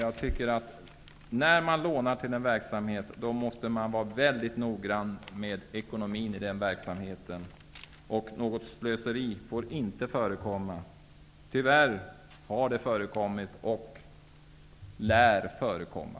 När man lånar till en verksamhet, måste man vara väldigt noggrann med att få ekonomi i verksamheten. Något slöseri får inte förekomma. Tyvärr har det förekommit och lär förekomma.